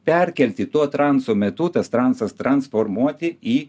perkelti tuo transo metu tas transas transformuoti į